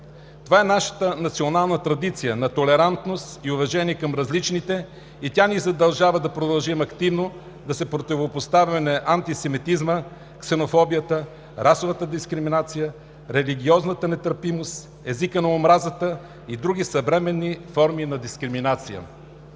Това е наша национална традиция – на толерантност и уважение към различните, и тя ни задължава да продължим активно да се противопоставяме на антисемитизма, ксенофобията, расовата дискриминация, религиозната нетърпимост, езика на омразата и другите съвременни форми на дискриминация.